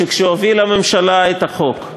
שכשהובילה הממשלה את החוק,